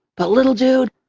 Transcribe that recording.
but, little dude,